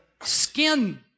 skin